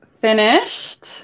finished